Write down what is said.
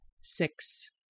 six